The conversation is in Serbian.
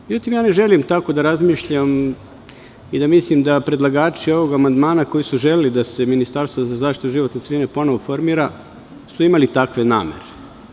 Međutim, ja ne želim tako da razmišljam i da mislim da su predlagači ovog amandmana koji su želeli da se ministarstvo za zaštitu životne sredine ponovo formira, imali takve namere.